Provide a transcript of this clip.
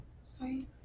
Sorry